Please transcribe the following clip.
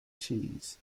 cheese